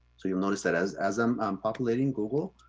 so you'll notice that as as i'm populating google,